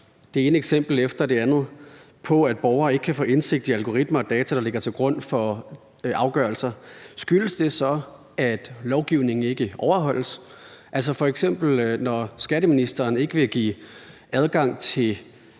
det ene eksempel efter det andet på, at borgere ikke kan få indsigt i algoritmer og data, der ligger til grund for afgørelser, skyldes det så, at lovgivningen ikke overholdes? F.eks. når skatteministeren ikke vil give adgang til